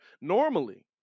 Normally